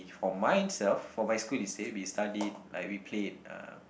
for myself for my school is we studied like we played uh